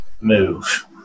Move